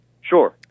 Sure